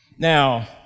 Now